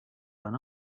when